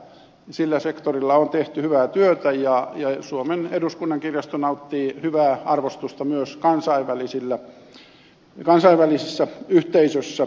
sillä sektorilla on tehty hyvää työtä ja suomen eduskunnan kirjasto nauttii hyvää arvostusta myös kansainvälisissä yhteisöissä